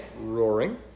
roaring